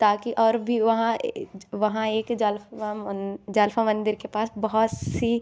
ताकि और भी वहाँ वहाँ एक जालपा मन जालपा मंदिर के पास बहुत सी